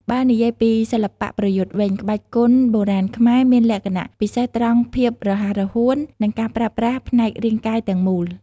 បើនិយាយពីសិល្បៈប្រយុទ្ធវិញ ក្បាច់គុនបុរាណខ្មែរមានលក្ខណៈពិសេសត្រង់ភាពរហ័សរហួន និងការប្រើប្រាស់ផ្នែករាងកាយទាំងមូល។